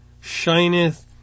shineth